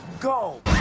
Go